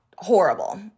horrible